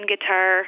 guitar